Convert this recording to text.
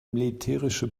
militärische